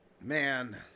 man